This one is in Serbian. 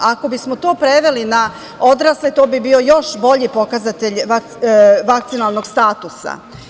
Ako bismo to preveli na odrasle, to bi bio još bolji pokazatelj vakcinalnog statusa.